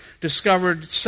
discovered